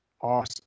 awesome